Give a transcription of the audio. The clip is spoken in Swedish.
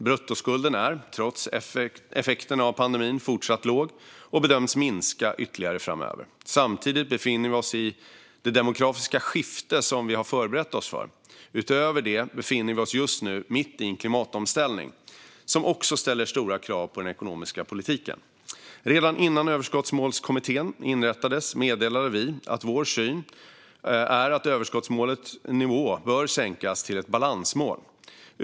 Bruttoskulden är, trots effekterna av pandemin, fortsatt låg och bedöms minska ytterligare framöver. Samtidigt befinner vi oss i det demografiska skifte som vi har förberett oss för. Utöver det befinner vi oss just nu mitt i en klimatomställning som också ställer stora krav på den ekonomiska politiken. Redan innan Överskottsmålskommittén inrättades meddelade vi att vår syn är att överskottsmålets nivå bör sänkas till ett balansmål.